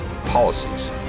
policies